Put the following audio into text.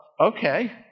Okay